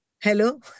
hello